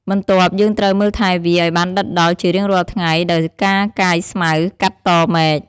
បន្ទាប់យើងត្រូវមើលថែវាឱ្យបានដិតដល់ជារៀងរាល់ថ្ងៃដោយការកាយស្មៅ កាត់តមែក។